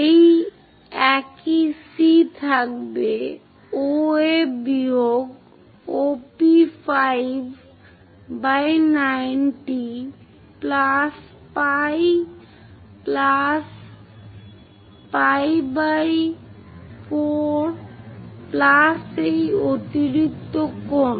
এই একই C থাকবে OA বিয়োগ OP5 90 plus pi plus pi 4 plus এই অতিরিক্ত কোণ